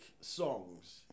songs